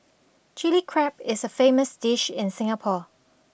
chilli crab is a famous dish in Singapore